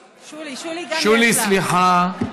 שולי, סליחה.